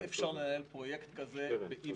אי-אפשר לנהל פרויקט כזה באי-ודאות.